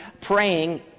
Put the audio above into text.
praying